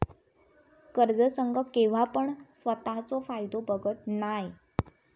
कर्ज संघ केव्हापण स्वतःचो फायदो बघत नाय